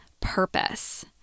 purpose